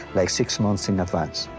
like six months in advance.